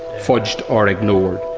fudged or ignored.